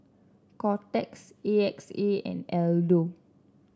Kotex A X A and Aldo